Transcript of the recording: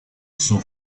sont